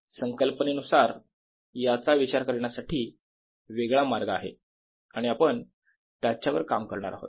संकल्पनेनुसार याचा विचार करण्यासाठी वेगळा मार्ग आहे आणि आपण त्याच्यावर काम करणार आहोत